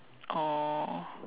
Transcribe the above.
oh